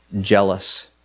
jealous